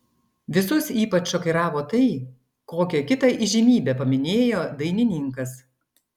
visus ypač šokiravo tai kokią kitą įžymybę paminėjo dainininkas